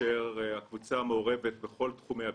הקבוצה מעורבת בכל תחומי הביטוח,